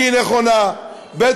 כי היא נכונה, ב.